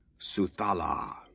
suthala